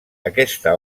aquesta